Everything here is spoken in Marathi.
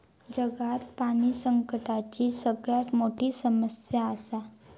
जगात पाणी संकटाची सगळ्यात मोठी समस्या आसा